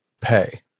pay